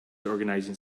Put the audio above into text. organising